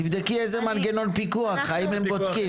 תבדקי איזה מנגנון פיקוח יש, האם הם בודקים.